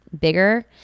bigger